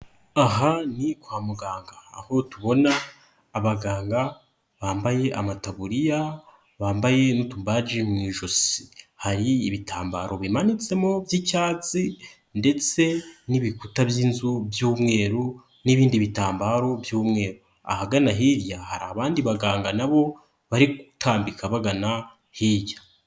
Aha ni kwa muganga aho tubona abaganga bambaye amataburiya, bambaye n'utubaji mu ijosi. Hari ibitambaro bimanitsemo by'icyatsi ndetse n'ibikuta by'inzu by'umweru n'ibindi bitambaro by'umweru. Ahagana hirya hari abandi baganga nabo bari gutambika bagana hirya.